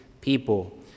people